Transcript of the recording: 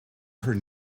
her